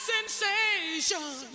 Sensation